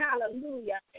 hallelujah